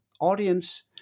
audience